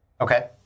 Okay